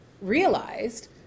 realized